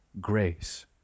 grace